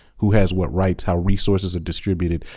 who has what rights, how resources are distributed.